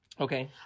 Okay